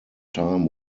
time